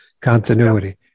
Continuity